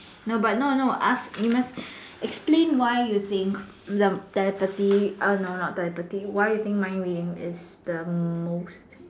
no but no no ask you must explain why telepathy no not telepathy why you think mind reading is the most